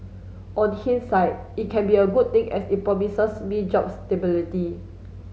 on hindsight it can be a good thing as it promises me job stability